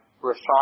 refine